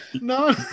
no